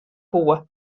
koe